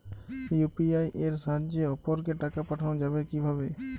UPI এর সাহায্যে অপরকে টাকা পাঠানো যাবে কিভাবে?